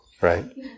right